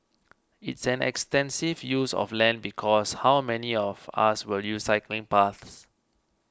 it's an extensive use of land because how many of us will use cycling paths